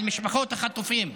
על משפחות החטופים.